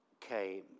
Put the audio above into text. came